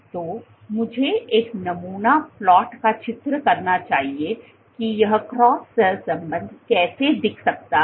तो मुझे एक नमूना प्लॉट का चित्र करना चाहिए कि यह क्रॉस सहसंबंध कैसा दिख सकता है